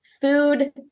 food